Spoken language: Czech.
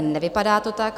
Nevypadá to tak.